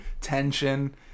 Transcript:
tension